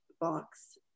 box